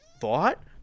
thought